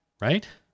right